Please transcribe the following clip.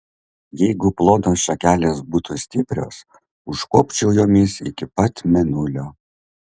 jeigu plonos šakelės būtų stiprios užkopčiau jomis iki pat mėnulio